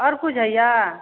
आओर किछु होइ यऽ